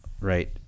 right